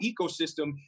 ecosystem